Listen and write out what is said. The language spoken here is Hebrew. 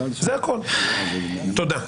תודה.